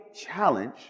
challenge